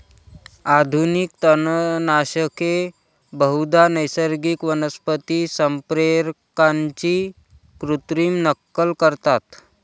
आधुनिक तणनाशके बहुधा नैसर्गिक वनस्पती संप्रेरकांची कृत्रिम नक्कल करतात